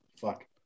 Fuck